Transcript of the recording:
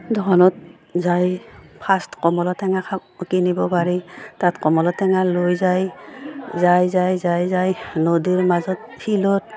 দোকানত যাই ফাৰ্ষ্ট কমলা টেঙা কিনিব পাৰি তাত কমলা টেঙা লৈ যায় যায় যায় যাই যায় নদীৰ মাজত ফিল্ডত